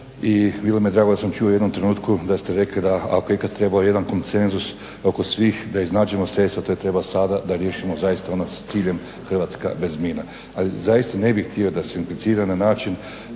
"Hrvatska bez mina".